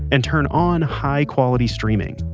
and turn on high quality streaming.